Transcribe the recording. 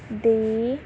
ਦੇ